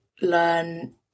learn